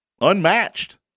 unmatched